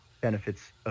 benefits